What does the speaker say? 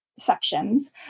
sections